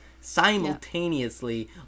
simultaneously